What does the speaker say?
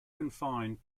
confined